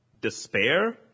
despair